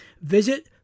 visit